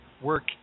work